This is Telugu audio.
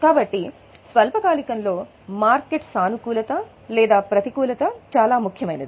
కాబట్టి స్వల్పకాలికంలో మార్కెట్ సానుకూలత లేదా ప్రతికూలత చాలా ముఖ్యమైనది